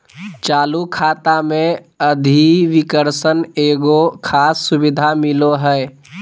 चालू खाता मे अधिविकर्षण एगो खास सुविधा मिलो हय